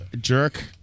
Jerk